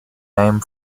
name